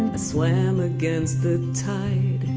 ah swam against the tide